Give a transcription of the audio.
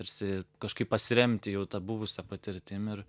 tarsi kažkaip pasiremti jau ta buvusia patirtim ir